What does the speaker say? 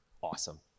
Awesome